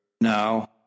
Now